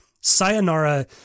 Sayonara